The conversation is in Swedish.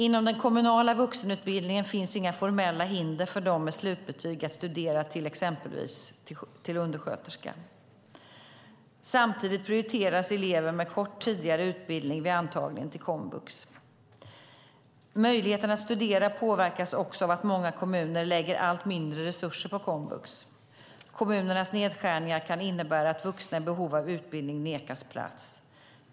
Inom den kommunala vuxenutbildningen finns inga formella hinder för dem med slutbetyg att studera till exempelvis undersköterska. Samtidigt prioriteras elever med kort tidigare utbildning vid antagningen till komvux. Möjligheten att studera påverkas också av att många kommuner lägger allt mindre resurser på komvux. Kommunernas nedskärningar kan innebära att vuxna i behov av utbildning nekas plats.